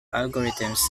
algorithms